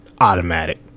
automatic